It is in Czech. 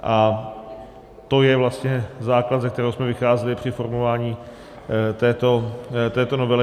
A to je vlastně základ, ze kterého jsme vycházeli při formování této novely.